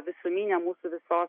visuminę mūsų visų